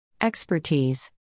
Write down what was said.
Expertise